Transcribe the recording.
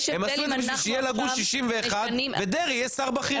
עשו את זה כדי שהוא יהיה לגוש 61 ודרעי יהיה שר בכיר.